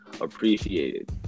appreciated